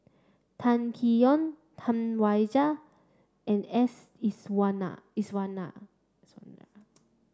Kam Kee Yong Tam Wai Jia and S Iswaran Iswaran